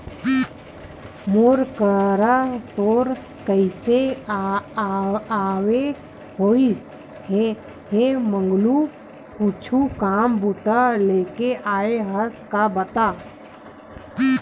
मोर करा तोर कइसे अवई होइस हे मंगलू कुछु काम बूता लेके आय हस का बता?